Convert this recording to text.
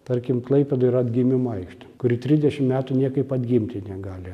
tarkim klaipėdoj yra atgimimo aikštė kuri trisdešim metų niekaip atgimti negali